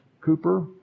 Cooper